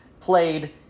played